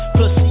Plus